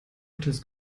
hotels